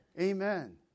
amen